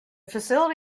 facility